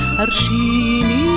arshini